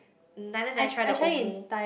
neither did I try the Omu